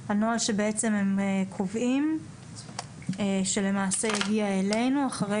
הנוהל שבעצם הם קובעים שלמעשה הגיע אלינו אחרי